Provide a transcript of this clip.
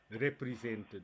represented